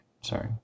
Sorry